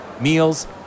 meals